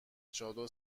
چادر